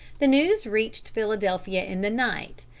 the news reached philadelphia in the night,